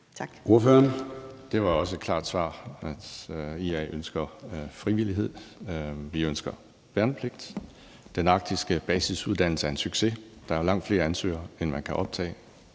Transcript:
Det var også et klart svar, altså at IA ønsker frivillighed. Vi ønsker værnepligt. Den arktiske basisuddannelse er en succes. Der er langt flere ansøgere, end man kan optage.